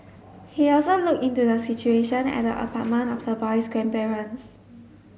he also looked into the situation at the apartment of the boy's grandparents